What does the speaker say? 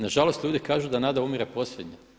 Nažalost ljudi kažu da nada umire posljednja.